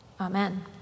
Amen